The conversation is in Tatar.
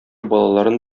балаларын